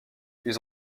ils